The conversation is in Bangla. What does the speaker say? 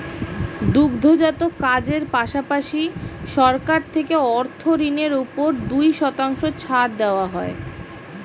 দুগ্ধজাত কাজের পাশাপাশি, সরকার থেকে অর্থ ঋণের উপর দুই শতাংশ ছাড় দেওয়া হয়